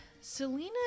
Selena